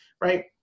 right